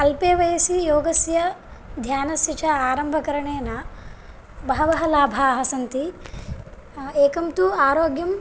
अल्पे वयसि योगस्य ध्यानस्य च आरम्भकरणेन बहवः लाभाः सन्ति एकं तु आरोग्यम्